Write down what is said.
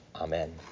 Amen